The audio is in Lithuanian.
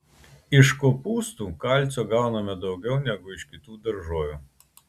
iš kopūstų kalcio gauname daugiau negu iš kitų daržovių